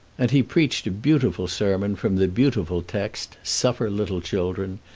and he preached a beautiful sermon from the beautiful text, suffer little children,